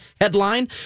headline